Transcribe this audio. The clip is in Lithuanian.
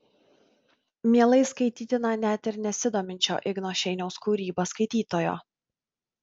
mielai skaitytina net ir nesidominčio igno šeiniaus kūryba skaitytojo